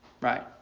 Right